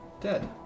dead